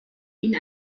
ihn